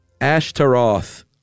Ashtaroth